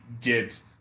get –